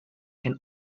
can